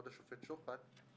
כבוד השופט שוחט,